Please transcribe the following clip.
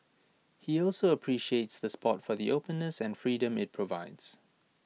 he also appreciates the spot for the openness and freedom IT provides